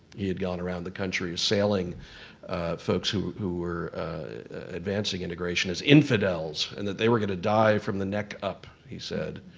he had gone around the country assailing folks who who were advancing integration as infidels, and that they were gonna die from the neck up, he said.